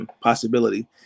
Possibility